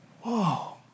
Whoa